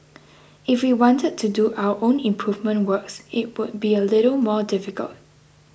if we wanted to do our own improvement works it would be a little more difficult